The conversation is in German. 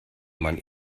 man